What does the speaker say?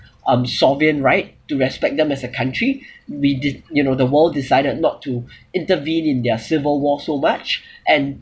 um sovereign right to respect them as a country we did you know the world decided not to intervene in their civil war so much and